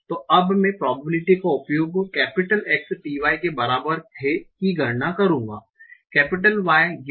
तो अब मैं प्रोबेबिलिटी का उपयोग X t y के बराबर है की गणना करूँगा Y